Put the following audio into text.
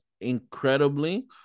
incredibly